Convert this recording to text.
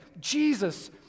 Jesus